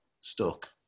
stuck